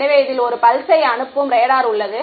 எனவே இதில் ஒரு பல்ஸை அனுப்பும் ரேடார் உள்ளது